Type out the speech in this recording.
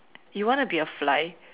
you want to be a fly